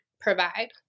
provide